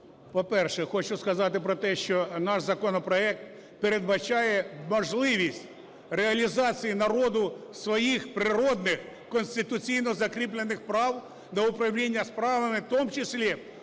По-перше, хочу сказати про те, що наш законопроект передбачає можливість реалізації народу своїх природних конституційно закріплених прав до управління справами, в тому числі